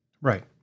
Right